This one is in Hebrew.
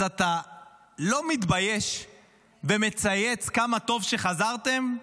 אז אתה לא מתבייש ומצייץ: כמה טוב שחזרתן,